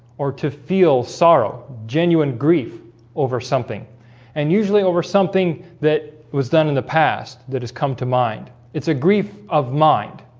or to feel sorrow genuine grief over something and usually over something that was done in the past that has come to mind. it's a grief of mind